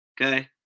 Okay